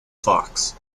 fox